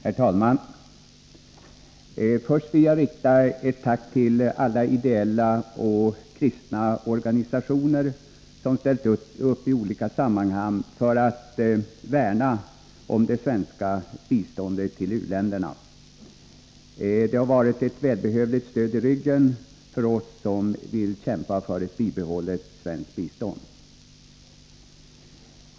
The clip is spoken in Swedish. Herr talman! Först vill jag rikta ett tack till alla ideella och kristna organisationer som ställt upp i olika sammanhang för att värna om det svenska biståndet till u-länderna. Det har varit ett välbehövligt stöd i ryggen för oss som kämpar för ett bibehållet svenskt bistånd.